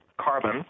carbon